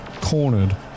Cornered